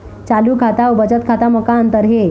चालू खाता अउ बचत खाता म का अंतर हे?